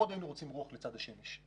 מאוד היינו רוצים אותה לצד השמש.